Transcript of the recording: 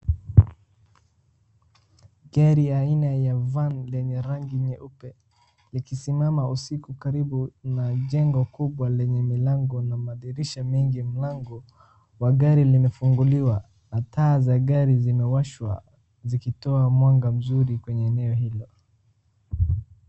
Ngari aina ya van yenye rangi nyeupe , ikisimama usiku karibu na jumba lenye milango mingi na madirisha mingi .Mlango wa gari limefunguliwa na taa za gari zimewashwa zikitoa mwanga mzuri kwenye eneo lilo .